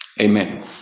Amen